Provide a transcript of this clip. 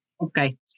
Okay